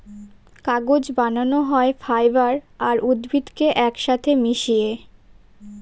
কাগজ বানানো হয় ফাইবার আর উদ্ভিদকে এক সাথে মিশিয়ে